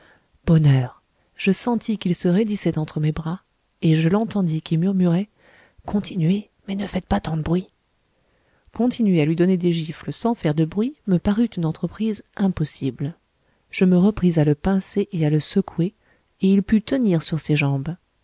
bonheur je sentis qu'il se raidissait entre mes bras et je l'entendis qui murmurait continuez mais ne faites pas tant de bruit continuer à lui donner des gifles sans faire de bruit me parut une entreprise impossible je me repris à le pincer et à le secouer et il put tenir sur ses jambes